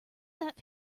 that